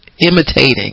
imitating